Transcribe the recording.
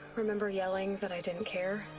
remember yelling. that i didn't care.